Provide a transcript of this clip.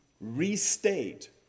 restate